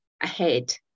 ahead